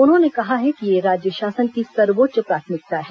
उन्होंने कहा है कि यह राज्य शासन की सर्वोच्च प्राथमिकता है